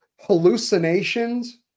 hallucinations